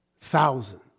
thousands